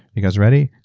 you guys ready,